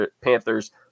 Panthers